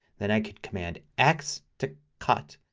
then i could command x to cut.